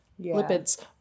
lipids